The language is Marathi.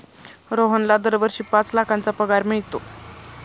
रोहनला दरवर्षी पाच लाखांचा पगार मिळतो